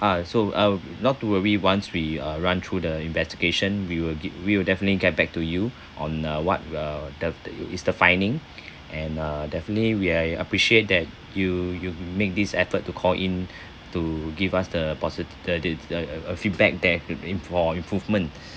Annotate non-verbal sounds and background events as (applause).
uh so uh not to worry once we uh run through the investigation we will g~ we will definitely get back to you on uh what uh th~ th~ is the finding (breath) and uh definitely we uh appreciate that you you make this effort to call in (breath) to give us the posit~ the the uh uh feedback there f~ for improvement